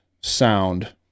sound